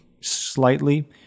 slightly